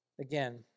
Again